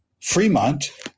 Fremont